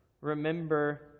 remember